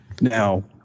Now